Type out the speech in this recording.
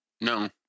No